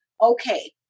Okay